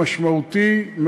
משמעותי,